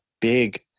big